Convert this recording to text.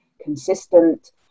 consistent